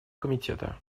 комитета